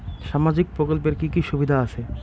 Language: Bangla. সামাজিক প্রকল্পের কি কি সুবিধা আছে?